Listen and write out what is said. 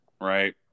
right